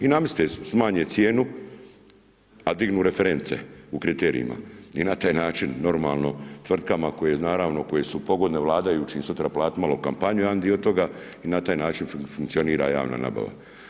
I zamislite, smanje cijenu, a dignu reference u kriterijima i na taj način, normalno, tvrtkama koje naravno koje su pogodne vladajućim, sutra plati malo kampanju jedan dio toga i na taj način funkcionira javna nabava.